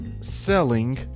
selling